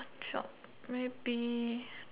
what job maybe